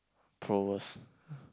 prowess